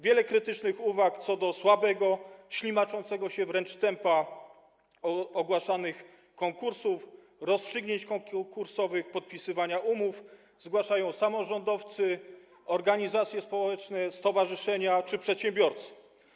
Wiele krytycznych uwag co do słabego, ślimaczącego się wręcz tempa ogłaszanych konkursów, wydawania rozstrzygnięć konkursowych, podpisywania umów zgłaszają samorządowcy, organizacje społeczne, stowarzyszenia czy przedsiębiorcy.